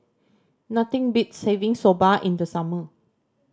nothing beats having Soba in the summer